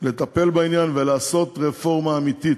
לטפל בעניין ולעשות רפורמה אמיתית.